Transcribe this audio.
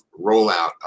rollout